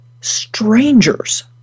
strangers